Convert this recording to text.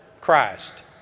Christ